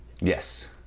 Yes